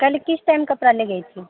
کل کس ٹائم کپڑا لے گئی تھی